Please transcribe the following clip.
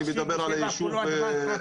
אני מדבר על היישוב ברטעה.